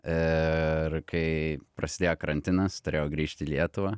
ir kai prasidėjo karantinas turėjau grįžt į lietuvą